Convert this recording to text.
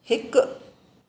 हिकु